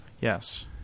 Yes